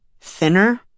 thinner